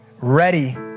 ready